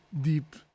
deep